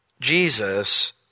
Jesus